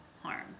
harm